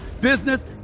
business